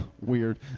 Weird